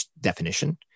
definition